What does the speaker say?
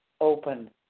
open